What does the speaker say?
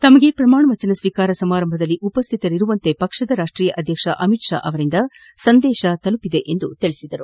ತಮಗೆ ಪ್ರಮಾಣವಚನ ಸ್ವೀಕಾರ ಸಮಾರಂಭದಲ್ಲಿ ಉಪಶ್ಯಿತರಿರುವಂತೆ ಪಕ್ಷದ ರಾಷ್ಟೀಯ ಅಧ್ಯಕ್ಷ ಅಮಿತ್ ಷಾ ಅವರಿಂದ ಸಂದೇಶ ತಲುಪಿದೆ ಎಂದು ತಿಳಿಸಿದರು